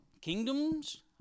kingdoms